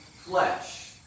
flesh